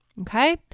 Okay